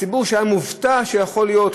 הציבור היה מופתע שזה יכול להיות.